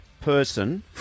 person